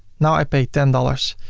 now i pay ten dollars.